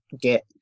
get